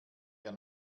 wir